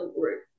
group